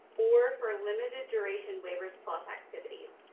or for limited duration wabers activities.